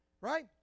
right